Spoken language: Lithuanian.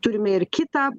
turime ir kitą